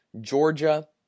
Georgia